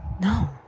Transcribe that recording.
no